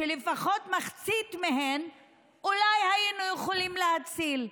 לפחות מחצית מהן אולי היינו יכולים להציל.